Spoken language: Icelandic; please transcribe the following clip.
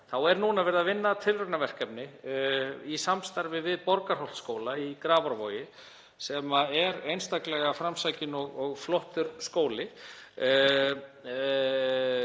er núna verið að vinna tilraunaverkefni í samstarfi við Borgarholtsskóla í Grafarvogi sem er einstaklega framsækinn og flottur skóli.